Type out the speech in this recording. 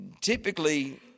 typically